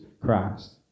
Christ